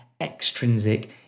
extrinsic